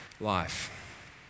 life